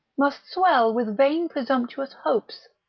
must swell with vain presumptuous hopes,